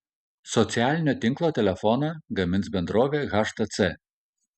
socialinio tinklo telefoną gamins bendrovė htc